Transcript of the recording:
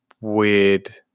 weird